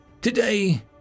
Today